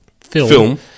film